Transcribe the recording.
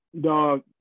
dog